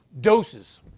Doses